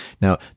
Now